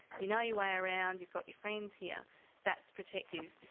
you know your way around, you've got your friends here that's protective.